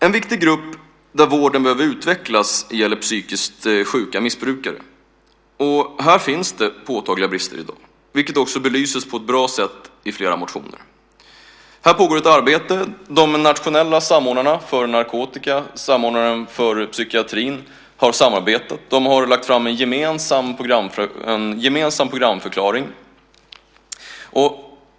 En viktig grupp för vilken vården måste utvecklas gäller psykiskt sjuka missbrukare. Här finns påtagliga brister i dag, vilket också belyses på ett bra sätt i flera motioner. Här pågår ett arbete. De nationella samordnarna för narkotika och psykiatrin har samarbetat. De har lagt fram en gemensam programförklaring.